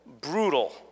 Brutal